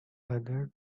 other